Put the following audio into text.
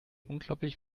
unglaublich